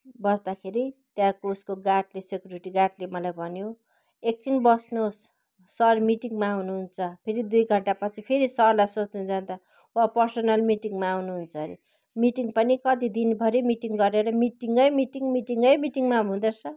बस्दाखेरि त्यहाँको उसको गार्डले सिकुरेटी गार्डले मलाई भन्यो एकछिन बस्नुहोस् सर मिटिङमा हुनुहुन्छ फेरि दुई घन्टापछि फेरि सरलाई सोध्नु जाँदा उहाँ पर्सनल मिटिङमा आउनुहुन्छ अरे मिटिङ पनि कति दिनभरि मिटिङ गरेर मिटिङै मिटिङ मिटिङै मिटिङमा हुँदोरहेछ